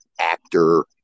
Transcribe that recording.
actor